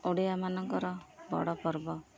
ଓଡ଼ିଆମାନଙ୍କର ବଡ଼ ପର୍ବ